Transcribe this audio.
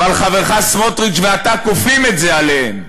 אבל חברך סמוטריץ ואתה כופים את זה עליהם.